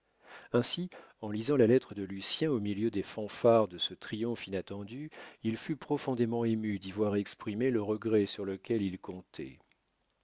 ainsi en lisant la lettre de lucien au milieu des fanfares de ce triomphe inattendu il fut profondément ému d'y voir exprimé le regret sur lequel il comptait